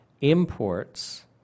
imports